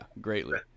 greatly